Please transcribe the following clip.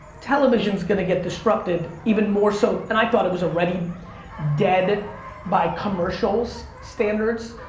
television's gonna get disrupted even more so. and i thought it was already dead by commercial's standards.